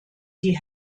die